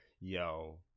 Yo